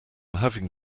having